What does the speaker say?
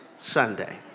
Sunday